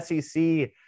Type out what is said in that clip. sec